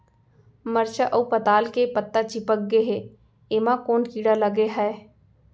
मरचा अऊ पताल के पत्ता चिपक गे हे, एमा कोन कीड़ा लगे है?